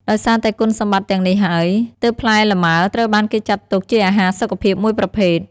ដោយសារតែគុណសម្បត្តិទាំងនេះហើយ ទើបផ្លែលម៉ើត្រូវបានគេចាត់ទុកជាអាហារសុខភាពមួយប្រភេទ។